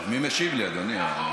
מי משיב לי, אדוני?